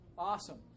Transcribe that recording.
Awesome